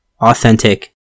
authentic